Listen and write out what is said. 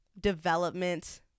development